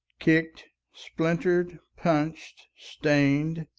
kicked, splintered, punched, stained,